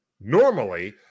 normally